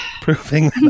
proving